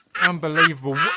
Unbelievable